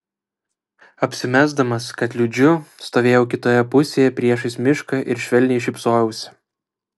apsimesdamas kad liūdžiu stovėjau kitoje pusėje priešais mišką ir švelniai šypsojausi